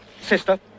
Sister